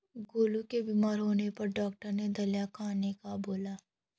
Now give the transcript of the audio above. गोलू के बीमार होने पर डॉक्टर ने दलिया खाने का बोला